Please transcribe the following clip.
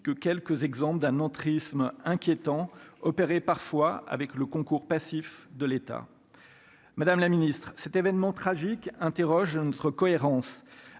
que quelques exemples d'un entrisme inquiétant opérée, parfois avec le concours passif de l'État, Madame la Ministre, cet événement tragique, interroge notre cohérence